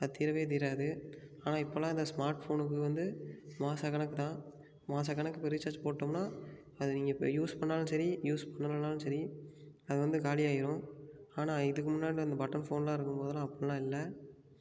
அது தீரவே தீராது ஆனால் இப்போலாம் இந்த ஸ்மார்ட் ஃபோனுக்கு வந்து மாத கணக்கு தான் மாத கணக்கு இப்போ ரீசார்ஜ் போட்டோம்னா அது நீங்கள் இப்போ யூஸ் பண்ணாலும் சரி யூஸ் பண்ணலைனாலும் சரி அது வந்து காலியாயிடும் ஆனால் இதுக்கு முன்னாடி அந்த பட்டன் ஃபோன்லாம் இருக்கும் போதுலாம் அப்படிலாம் இல்லை